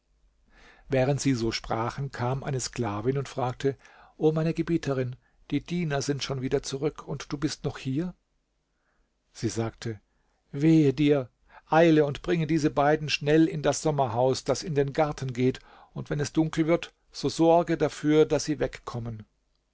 während sie so sprachen kam eine sklavin und fragte o meine gebieterin die diener sind schon wieder zurück und du bist noch hier sie sagte wehe dir eile und bringe diese beiden schnell in das sommerhaus das in den garten geht und wenn es dunkel wird so sorge dafür daß sie wegkommen